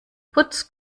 putz